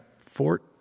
Fort